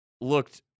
looked